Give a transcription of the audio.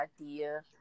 idea